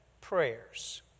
prayers